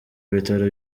bitaro